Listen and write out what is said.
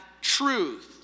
truth